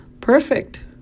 Perfect